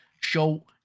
show